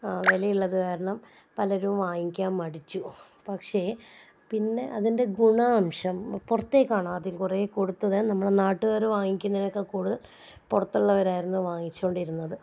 വിലയുള്ളത് കാരണം പലരും വാങ്ങിക്കാൻ മടിച്ചു പക്ഷേ പിന്നെ അതിൻ്റെ ഗുണാംശം പുറത്തേക്കാണ് ആദ്യം കുറേ കൊടുത്തത് നമ്മുടെ നാട്ടുകാർ വാങ്ങിക്കുന്നതിനേക്കാൾ കൂടുതൽ പുറത്തുള്ളവരായിരുന്നു വാങ്ങിച്ചു കൊണ്ടിരുന്നത്